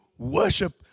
Worship